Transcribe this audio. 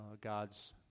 God's